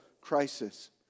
crisis